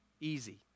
easy